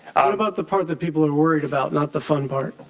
what about the part that people are worried about not the fun part.